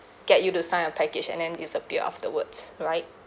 get you to sign on package and then dissappear afterwards right